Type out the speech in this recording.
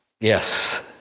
Yes